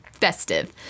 festive